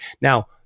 Now